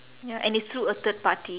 ya and it's through a third party